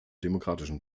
demokratischen